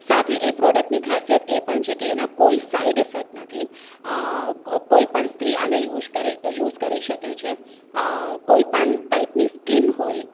સાથે એ પ્રોડક્ટની ખાસિયત એ પણ છે કે એના કોઈ સાઈડ ઇફેક્ટ નથી કોઈ પણ સ્ત્રી આને યુઝ કરી યુસ કરી શકે છે કોઈ પણ ટાઈપની સ્કીન હોય